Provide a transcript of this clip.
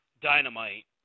Dynamite